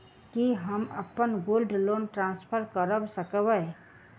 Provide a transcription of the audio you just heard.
की हम अप्पन gold loan transfer करऽ सकबै?